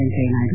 Venkaiah Naidu